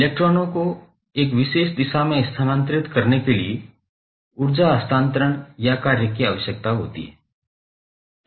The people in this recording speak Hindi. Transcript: इलेक्ट्रॉनों को एक विशेष दिशा में स्थानांतरित करने के लिए ऊर्जा हस्तांतरण या कार्य की आवश्यकता होती है